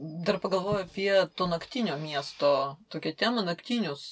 dar pagalvojau apie to naktinio miesto tokią temą naktinius